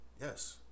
yes